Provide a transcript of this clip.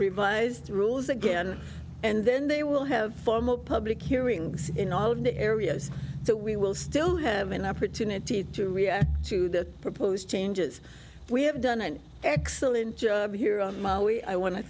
revised rules again and then they will have formal public hearings in all of the areas that we will still have an opportunity to react to the proposed changes we have done an excellent job here on maui i want to